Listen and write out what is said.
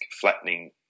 flattening